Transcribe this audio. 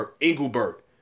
Engelbert